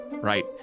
Right